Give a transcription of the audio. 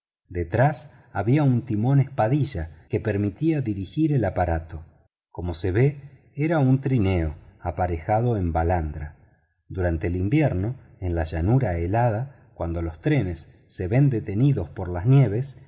detrás había un timón espaldilla que permitía dirigir el aparato como se ve era un trineo aparejado en balandra durante el invierno en la llanura helada cuando los trenes se ven detenidos por las nieves